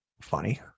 funny